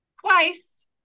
twice